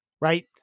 right